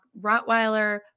Rottweiler